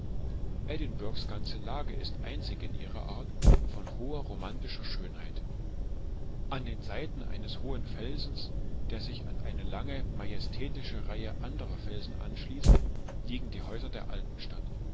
edinburghs ganze lage ist einzig in ihrer art von hoher romantischer schönheit an den seiten eines hohen felsens der sich an eine lange majestätische reihe anderer felsen anschließt liegen die häuser der alten stadt